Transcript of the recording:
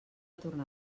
tornar